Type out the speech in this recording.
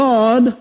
God